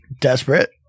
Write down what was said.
desperate